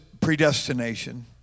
predestination